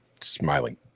smiling